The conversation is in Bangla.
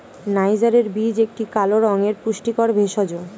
নাইজারের বীজ একটি কালো রঙের পুষ্টিকর ভেষজ